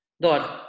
Dor